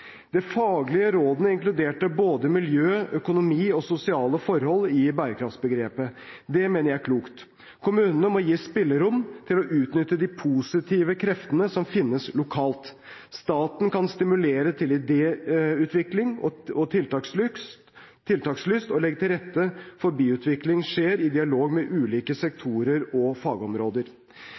Det faglige rådet inkluderte både miljø, økonomi og sosiale forhold i bærekraftbegrepet. Det mener jeg er klokt. Kommunene må gis spillerom til å utnytte de positive kreftene som finnes lokalt. Staten kan stimulere til idéutvikling og tiltakslyst og legge til rette for at byutvikling skjer i dialog mellom ulike sektorer og fagområder.